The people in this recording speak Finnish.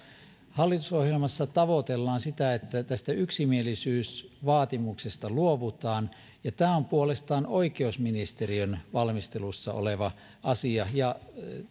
hallitusohjelmassa tavoitellaan sitä että tästä yksimielisyysvaatimuksesta luovutaan ja tämä on puolestaan oikeusministeriön valmistelussa oleva asia